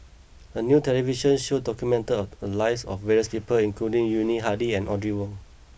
a new television show documented the lives of various people including Yuni Hadi and Audrey Wong